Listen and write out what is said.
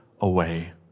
away